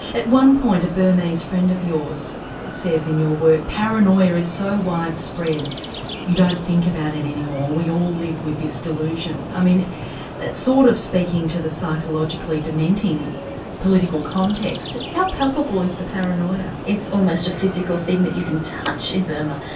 at one point a burmese friend of yours says in your work, paranoia is so widespread you don't think about it any more, we all live with this delusion. i mean that's sort of speaking to the psychologically dementing political context. how palpable is the paranoia? it's almost a physical thing that you can touch in burma.